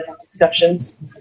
discussions